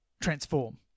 transform